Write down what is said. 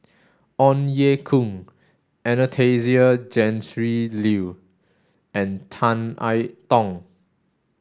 Ong Ye Kung Anastasia Tjendri Liew and Tan I Tong